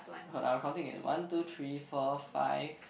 uh I'm counting it one two three four five